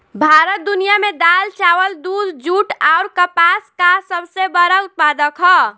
भारत दुनिया में दाल चावल दूध जूट आउर कपास का सबसे बड़ा उत्पादक ह